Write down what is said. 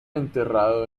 enterrado